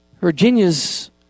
Virginia's